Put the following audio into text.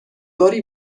باری